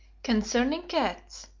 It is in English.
concerning cats,